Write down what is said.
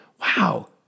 wow